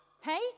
Hey